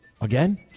Again